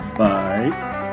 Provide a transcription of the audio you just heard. Bye